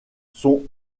sont